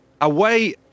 Away